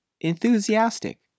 enthusiastic